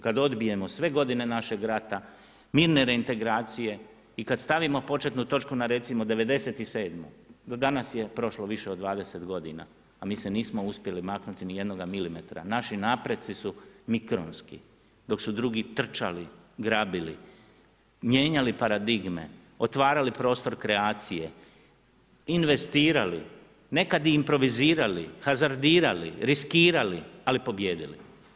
Kad odbijemo sve godine našeg rata, mirne reintegracije i kad stavimo početnu točku na recimo '97. do danas je prošlo više od 20 godina, a mi se nismo uspjeli maknuti ni jednoga milimetra, naši napreci su mikronski, dok su drugi trčali, grabili, mijenjali paradigme, otvarali prostor kreacije, investirali, nekad i improvizirali, hazardirali, riskirali, ali pobijedili.